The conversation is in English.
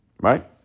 Right